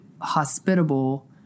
hospitable